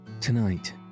Tonight